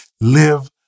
Live